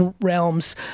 realms